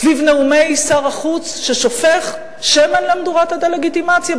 סביב נאומי שר החוץ ששופך שמן למדורת הדה-לגיטימציה,